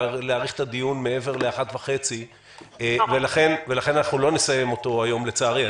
להאריך את הדיון מעבר ל-13:30 ולכן אנחנו לא נסיים אותו היום לצערי.